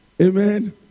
Amen